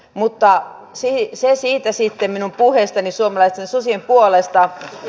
mutta se siitä sitten minun puheessani suomalaisten susien puolesta